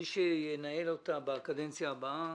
מי שינהל אותה בקדנציה הבאה,